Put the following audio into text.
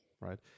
right